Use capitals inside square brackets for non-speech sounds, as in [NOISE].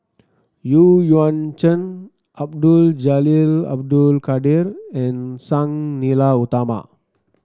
[UNINTELLIGIBLE] Yuan Zhen Abdul Jalil Abdul Kadir and Sang Nila Utama